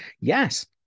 Yes